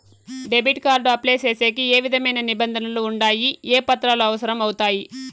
Debit card apply సేసేకి ఏ విధమైన నిబంధనలు ఉండాయి? ఏ పత్రాలు అవసరం అవుతాయి?